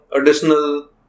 additional